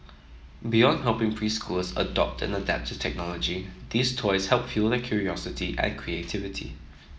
beyond helping preschoolers adopt and adapt to technology these toys help fuel their curiosity and creativity